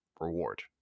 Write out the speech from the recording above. reward